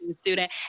Student